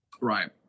Right